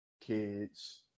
kids